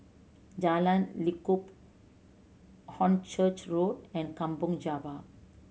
Jalan Lekub Hornchurch Road and Kampong Java